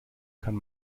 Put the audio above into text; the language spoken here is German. kann